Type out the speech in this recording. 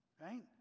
Right